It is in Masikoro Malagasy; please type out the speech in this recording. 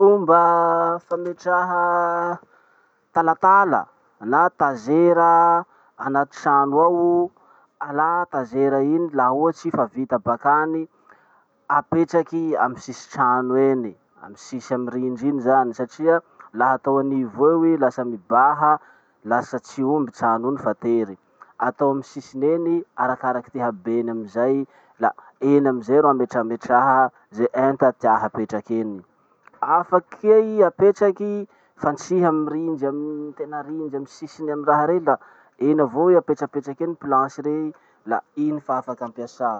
Fomba fametraha talatala na tazera anaty trano ao. Alà tazera iny laha ohatsy i fa vita bakany, apetraky amy sisitrano eny, amy sisy amy rindry iny zany, satria laha atao anivo eo iny lasa mibaha lasa tsy omby trano iny fa tery. Atao amy sisiny eny i, arakaraky ty habeny amizay, la eny amizay ro ametrametraha ze enta tia hapetraky eny. Afaky kea i apetraky, fantsihy amy rindry amy tena rindry amy sisiny amy raha rey la eny avao i apetrapetrak'eny planche rey, la iny fa afaky ampiasa.